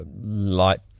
light